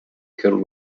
current